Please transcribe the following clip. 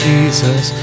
Jesus